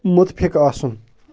مُتفِق آسُن